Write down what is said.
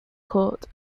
court